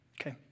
Okay